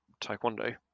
Taekwondo